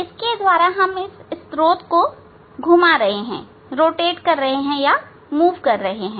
इसके द्वारा हम स्त्रोत को घुमा या हिला रहे हैं